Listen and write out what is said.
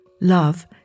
love